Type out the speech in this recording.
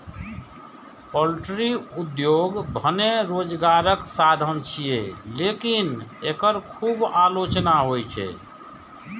poultry उद्योग भने रोजगारक साधन छियै, लेकिन एकर खूब आलोचना होइ छै